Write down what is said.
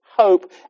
Hope